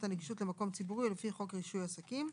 הנגישות למקום ציבורי או לפי חוק רישוי עסקים,